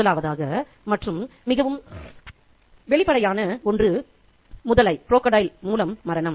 முதலாவதாக மற்றும் மிகவும் வெளிப்படையான ஒன்று முதலை மூலம் மரணம்